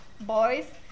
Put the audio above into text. boys